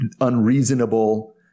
unreasonable